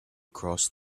across